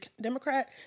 Democrat